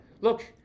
Look